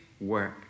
work